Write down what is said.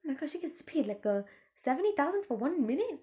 oh my god she gets paid like uh seventy thousand for one minute